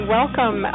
welcome